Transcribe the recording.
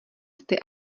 sty